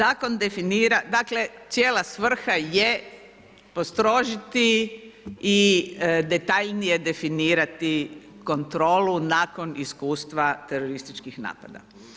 Dakle cijela svrha je postrožiti i detaljnije definirati kontrolu nakon iskustva terorističkih napada.